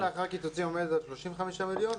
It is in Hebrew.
לאחר קיצוצים --- עומד על 35 מיליון,